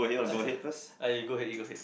ah you go ahead you go ahead